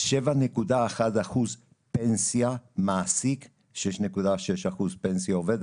7.1 אחוז פנסיה מהמעסיק ו-6.6 אחוז פנסיה מהעובד.